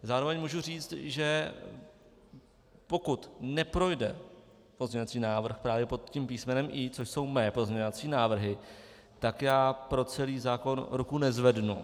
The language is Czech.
Zároveň můžu říct, že pokud neprojde pozměňovací návrh právě pod tím písmenem I, což jsou mé pozměňovací návrhy, tak já pro celý zákon ruku nezvednu.